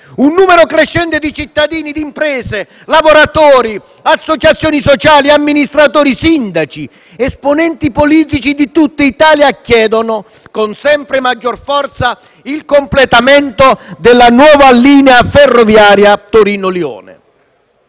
Un numero crescente di cittadini e imprese, lavoratori, associazioni, amministratori, sindaci, esponenti politici di tutta Italia chiedono, con sempre maggiore forza, il completamento della nuova linea ferroviaria Torino-Lione.